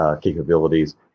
capabilities